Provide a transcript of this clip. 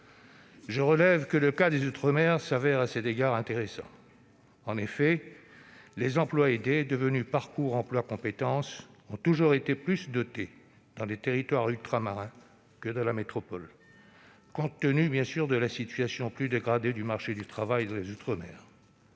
À cet égard, le cas des outre-mer s'avère intéressant. En effet, les emplois aidés devenus parcours emploi compétences ont toujours été plus dotés dans les territoires ultramarins qu'en métropole, compte tenu de la situation plus dégradée du marché du travail. Or ces